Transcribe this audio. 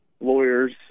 lawyers